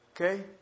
Okay